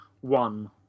one